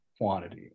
quantity